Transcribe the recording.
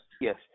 Yes